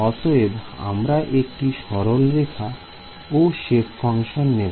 অতএব আমরা একটি সরলরেখা ও সেপ ফাংশন নেব